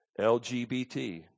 LGBT